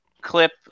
clip